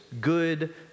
good